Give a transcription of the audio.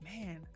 man